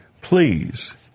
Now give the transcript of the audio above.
please